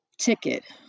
ticket